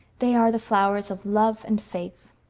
they are the flowers of love and faith.